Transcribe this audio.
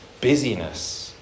Busyness